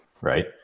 right